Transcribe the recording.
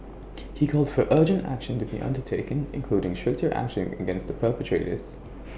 he called for urgent action to be undertaken including stricter action against the perpetrators